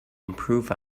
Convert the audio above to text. improve